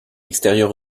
extérieur